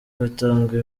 batanga